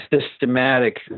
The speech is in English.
systematic